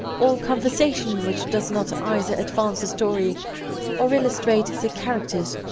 all conversation which does not either advance the story or illustrate the characters,